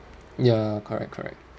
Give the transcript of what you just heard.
ya correct correct